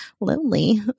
lonely